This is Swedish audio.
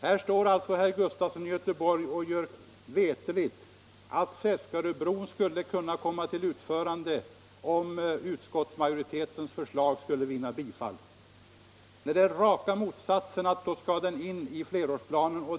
Här står alltså herr Sven Gustafson i Göteborg och gör veterligt att Seskaröbron skulle komma till utförande, om utskottsmajoritetens förslag vinner bifall, när rätta förhållandet är det rakt motsatta. Förutsättningen för att Seskaröbron skall komma till utförande är att den finns med i flerårsplanen.